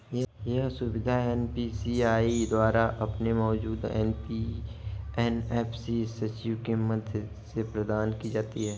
यह सुविधा एन.पी.सी.आई द्वारा अपने मौजूदा एन.एफ.एस स्विच के माध्यम से प्रदान की जाती है